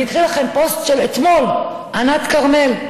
אני אקרא לכם פוסט מאתמול, של ענת כרמל: